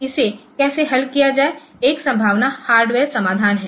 तो इसे कैसे हल किया जाए एक संभावना हार्डवेयर समाधान है